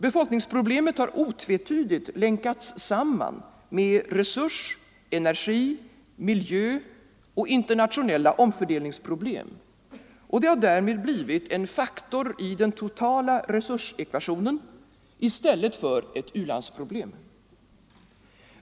Befolkningsproblemet har otvetydigt länkats samman med resurs-, energi-, miljöoch internationella omfördelningsproblem, och det har därmed blivit en faktor i den globala resursekvationen i stället för ett u-landsproblem.